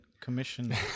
commission